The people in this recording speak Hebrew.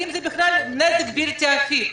האם זה גורם לנזק בלתי הפיך?